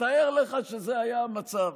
תתאר לך שזה היה המצב.